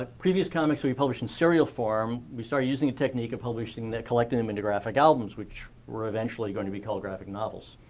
ah previous comics we published in serial form. we started using a technique of publishing then collecting them into graphic albums, which were eventually going to be called graphic novels.